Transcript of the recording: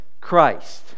Christ